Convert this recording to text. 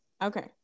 Okay